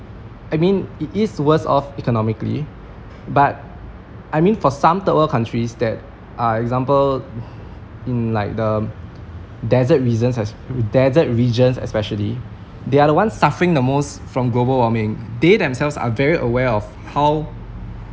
I mean it is worse off economically but I mean for some third world countries that are example in like the desert reasons es~ the desert regions especially they are the ones suffering the most from global warming they themselves are very aware of how